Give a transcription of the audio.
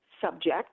subject